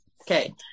Okay